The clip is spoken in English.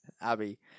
Abby